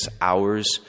hours